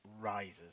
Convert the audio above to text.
rises